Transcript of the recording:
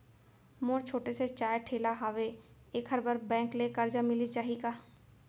मोर छोटे से चाय ठेला हावे एखर बर बैंक ले करजा मिलिस जाही का?